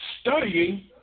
studying